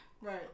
Right